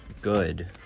Good